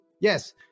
Yes